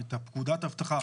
את פקודת אבטחה,